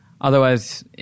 otherwise